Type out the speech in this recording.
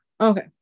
Okay